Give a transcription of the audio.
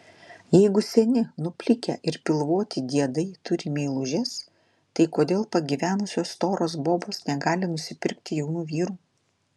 jeigu seni nuplikę ir pilvoti diedai turi meilužes tai kodėl pagyvenusios storos bobos negali nusipirkti jaunų vyrų